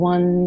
One